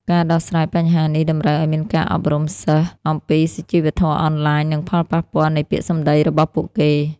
ការដោះស្រាយបញ្ហានេះតម្រូវឲ្យមានការអប់រំសិស្សអំពីសុជីវធម៌អនឡាញ និងផលប៉ះពាល់នៃពាក្យសម្ដីរបស់ពួកគេ។